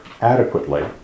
adequately